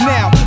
Now